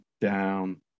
down